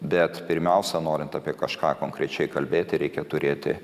bet pirmiausia norint apie kažką konkrečiai kalbėti reikia turėti